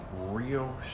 real